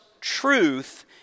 truth